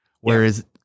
Whereas